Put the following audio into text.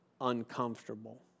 uncomfortable